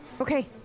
Okay